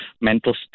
mental